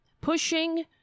Pushing